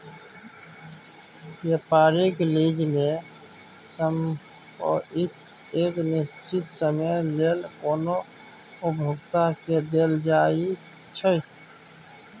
व्यापारिक लीज में संपइत एक निश्चित समय लेल कोनो उपभोक्ता के देल जाइ छइ